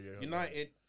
United